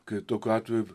kai tokiu atveju